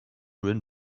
win